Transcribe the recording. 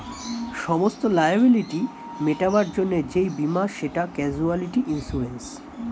সমস্ত লায়াবিলিটি মেটাবার জন্যে যেই বীমা সেটা ক্যাজুয়ালটি ইন্সুরেন্স